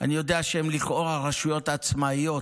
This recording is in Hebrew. אני יודע שהם לכאורה רשויות עצמאיות,